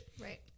right